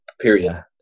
period